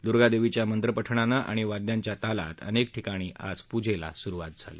दूर्गादेवीच्या मंत्रपठणानं आणि वाद्यांच्या तालात अनेक ठिकाणी आज पूजेला सुरुवात झाली